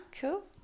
cool